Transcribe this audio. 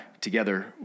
together